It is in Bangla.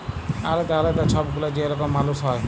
আলেদা আলেদা ছব গুলা যে রকম মালুস হ্যয়